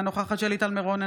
אינה נוכחת שלי טל מירון,